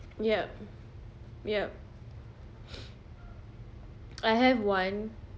yup yup I have one